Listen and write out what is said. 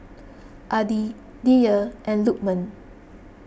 Adi Dhia and Lukman